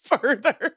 further